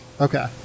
Okay